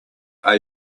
are